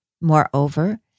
Moreover